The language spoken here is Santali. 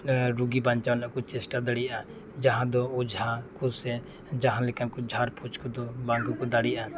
ᱨᱩᱜᱤ ᱵᱟᱧᱪᱟᱣ ᱨᱮᱱᱟᱜ ᱠᱚ ᱪᱮᱥᱴᱟ ᱫᱟᱲᱮᱭᱟᱜᱼᱟ ᱡᱟᱦᱟᱸ ᱫᱚ ᱚᱡᱷᱟ ᱠᱚ ᱥᱮ ᱡᱟᱦᱟᱸ ᱞᱮᱠᱟᱱ ᱠᱚ ᱡᱷᱟᱲ ᱯᱷᱩᱠ ᱠᱚᱫᱚ ᱵᱟᱝ ᱜᱮᱠᱚ ᱫᱟᱲᱮᱭᱟᱜᱼᱟ